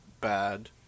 bad